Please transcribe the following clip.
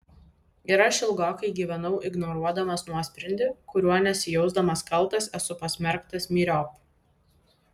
ir aš ilgokai gyvenau ignoruodamas nuosprendį kuriuo nesijausdamas kaltas esu pasmerktas myriop